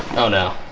oh no